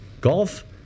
Golf